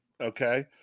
okay